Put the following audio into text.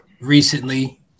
recently